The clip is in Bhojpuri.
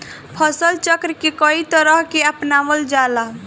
फसल चक्र के कयी तरह के अपनावल जाला?